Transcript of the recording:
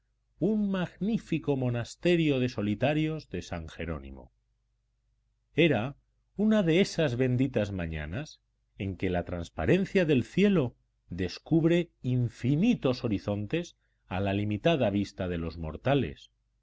un magnífico monasterio de solitarios de san jerónimo era una de esas benditas mañanas en que la transparencia del cielo descubre infinitos horizontes a la limitada vista de los mortales